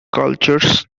cultures